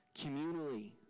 communally